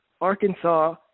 Arkansas